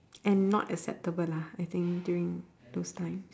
and not acceptable lah I think during those times